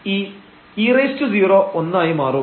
ഈ e0 ഒന്നായി മാറും